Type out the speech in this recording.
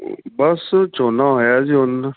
ਬਸ ਝੋਨਾ ਆਇਆ ਜੀ ਹੁਣ